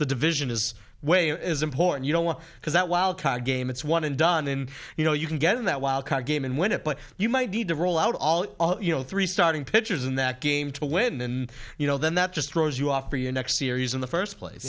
the division is way is important you don't want because that wildcard game it's one and done in you know you can get in that wildcard game and win it but you might need to roll out all you know three starting pitchers in that game to win then you know then that just throws you off for your next series in the first place